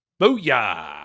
Booyah